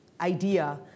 idea